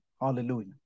Hallelujah